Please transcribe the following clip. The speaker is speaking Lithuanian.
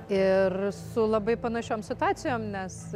ir su labai panašiom situacijom nes